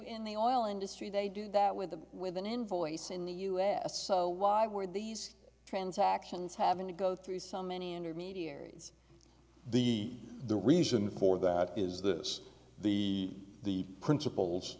in the oil industry they do that with a with an invoice in the u s so why were these transactions having to go through so many intermediaries the the reason for that is this the princip